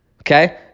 Okay